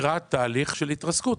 לקראת תהליך של התרסקות.